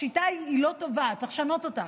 השיטה לא טובה, צריך לשנות אותה,